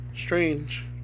strange